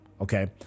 Okay